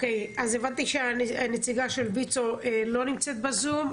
אני הבנתי שהנציגה של ויצו לא נמצאת בזום.